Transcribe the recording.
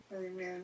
Amen